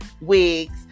wigs